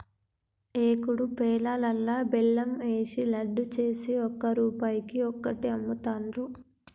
ఏకుడు పేలాలల్లా బెల్లం ఏషి లడ్డు చేసి ఒక్క రూపాయికి ఒక్కటి అమ్ముతాండ్రు